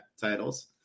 titles